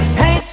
hey